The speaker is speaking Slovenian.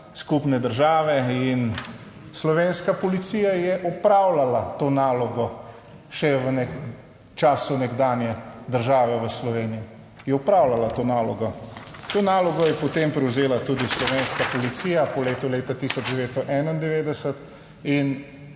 skupne države in slovenska policija je opravljala to nalogo še v času nekdanje države v Sloveniji. Je opravljala to nalogo, to nalogo je potem prevzela tudi slovenska policija po letu leta 1991 in